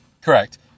Correct